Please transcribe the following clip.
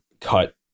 cut